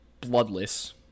bloodless